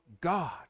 God